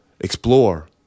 explore